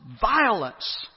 violence